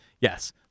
yes